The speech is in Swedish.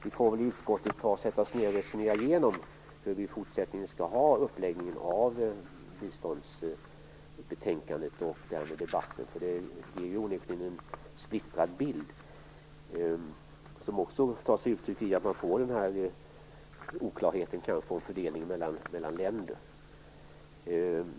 Vi får i utskottet resonera igenom hur vi i fortsättningen skall ha uppläggningen av biståndsbetänkandet och den efterföljande debatten. Det här ger onekligen en splittrad bild som också tar sig uttryck i att man kanske får denna oklarhet om fördelningen mellan länder.